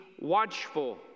watchful